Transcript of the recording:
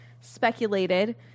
speculated